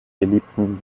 beliebten